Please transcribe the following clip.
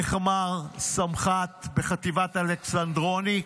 איך אמר סמח"ט בחטיבת אלכסנדרוני?